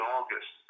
August